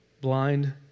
blind